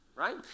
right